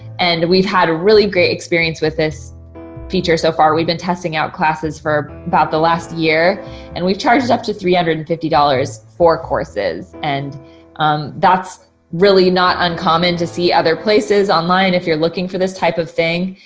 and we've had a really great experience with this feature so far. we've been testing out classes for about the last year and we've charged up to three hundred and fifty dollars for courses. and that's really not uncommon to see other places online if you're looking for this type of thing.